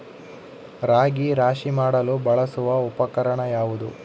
ರಾಗಿ ರಾಶಿ ಮಾಡಲು ಬಳಸುವ ಉಪಕರಣ ಯಾವುದು?